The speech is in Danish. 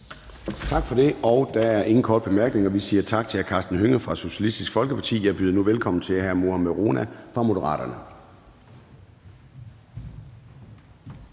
Tak for det. Der er ingen korte bemærkninger. Vi siger tak til hr. Karsten Hønge fra Socialistisk Folkeparti. Jeg byder nu velkommen til hr. Mohammad Rona fra Moderaterne.